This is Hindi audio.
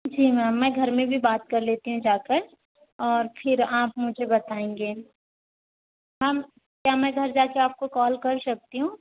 जी मैम मैं घर में भी बात कर लेती हूँ जाकर और फ़िर आप मुझे बताएँगे मैम क्या मैं घर जा कर आपको कॉल कर सकती हूँ